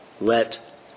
Let